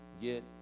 get